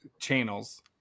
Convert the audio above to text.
channels